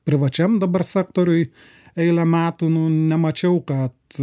privačiam dabar sektoriui eilę metų nu nemačiau kad